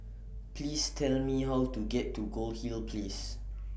Please Tell Me How to get to Goldhill Place